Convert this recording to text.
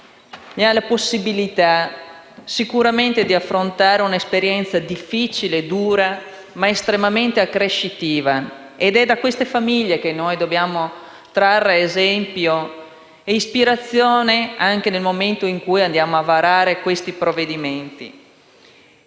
ha la possibilità di affrontare sicuramente un'esperienza difficile e dura, ma estremamente accrescitiva. È da queste famiglie che noi dobbiamo trarre esempio e ispirazione anche nel momento in cui andiamo a varare questi provvedimenti.